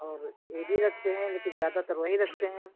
और ये भी रखते हैं लेकिन ज्दातर वही रखते हैं